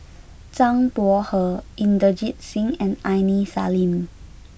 Zhang Bohe Inderjit Singh and Aini Salim